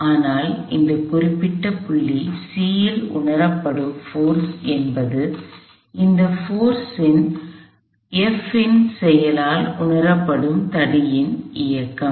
ஆனால் இந்தக் குறிப்பிட்ட புள்ளி C யில் உணரப்படும் போர்ஸ்விசை என்பது இந்த போர்ஸ் விசையின் F இன் செயலால் உணரப்படும் தடியின் இயக்கம்